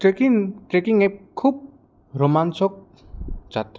trekking trekking এক খুব ৰোমাঞ্চক যাত্ৰা